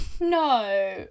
No